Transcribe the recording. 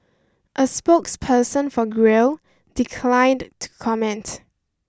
a spokeperson for Grail declined to comment